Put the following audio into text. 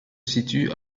situe